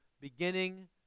beginning